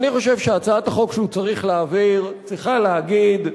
אני חושב שהצעת החוק שהוא צריך להעביר צריכה להגיד: